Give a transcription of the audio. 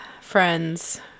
friends